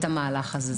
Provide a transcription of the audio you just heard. המהלך הזה.